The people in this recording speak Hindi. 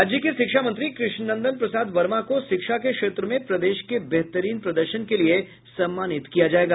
राज्य के शिक्षा मंत्री कृष्णनंदन प्रसाद वर्मा को शिक्षा के क्षेत्र में प्रदेश के बेहतरीन प्रदर्शन के लिये सम्मानित किया जायेगा